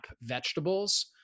vegetables